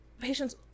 patients